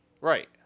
Right